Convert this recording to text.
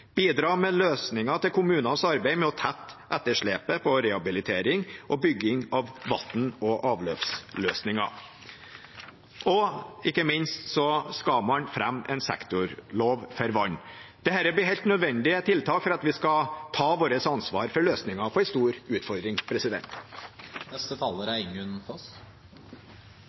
bidra med løsninger til kommuners arbeid med å tette etterslepet på rehabilitering og bygging av vann- og avløpsløsninger. Ikke minst skal man også fremme en sektorlov for vann. Dette blir helt nødvendige tiltak for at vi skal ta ansvaret vårt for løsninger på en stor utfordring.